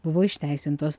buvo išteisintos